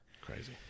crazy